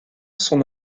son